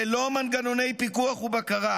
ללא מנגנוני פיקוח ובקרה,